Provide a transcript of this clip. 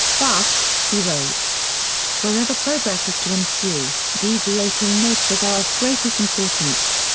thus, he wrote wherever progress is to ensue, deviating natures are of greatest importance.